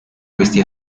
questi